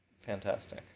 Fantastic